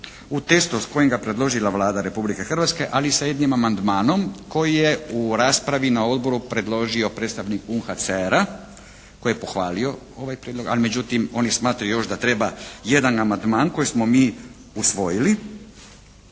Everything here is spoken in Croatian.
u tekstu s kojim ga je predložila Vlada Republike Hrvatske, ali sa jednim amandmanom koji je u raspravi na Odbor predložio predstavnik UNHCR-a koji je pohvalio ovaj Prijedlog, ali međutim oni smatraju još da treba jedan amandman koji smo mi usvojili.